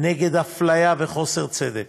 נגד אפליה וחוסר צדק.